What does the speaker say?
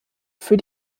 für